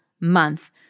month